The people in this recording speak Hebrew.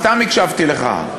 סתם הקשבתי לך.